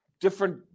different